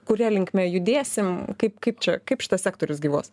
kuria linkme judėsim kaip kaip čia kaip šitas sektorius gyvuos